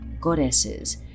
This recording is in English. goddesses